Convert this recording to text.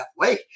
halfway